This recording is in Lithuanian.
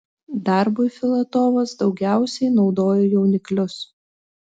darbui filatovas daugiausiai naudojo jauniklius